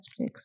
Netflix